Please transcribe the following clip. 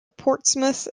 portsmouth